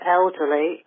elderly